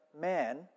man